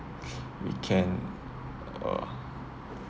we can uh